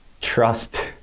trust